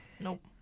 Nope